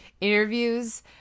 interviews